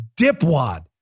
dipwad